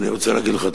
אני רוצה להגיד לך,